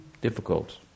difficult